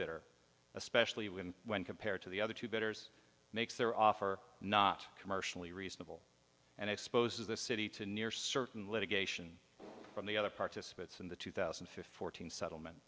bitter especially when when compared to the other two bidders makes their offer not commercially reasonable and exposes the city to near certain litigation from the other participants in the two thousand and fourteen settlement